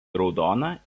raudona